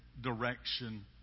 direction